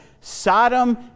Sodom